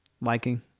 liking